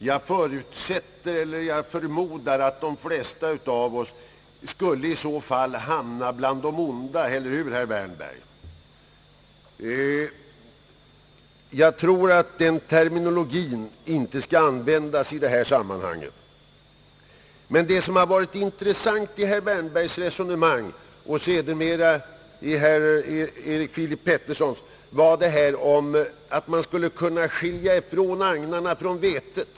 Jag förmodar att de flesta av oss i så fall skulle hamna bland de onda — eller hur, herr Wärnberg? Jag anser att den terminologin inte skall användas i detta sammanhang. Det intressanta i herr Wärnbergs resonemang liksom i herr Erik Filip Peterssons var att man skulle kunna skilja agnarna från vetet.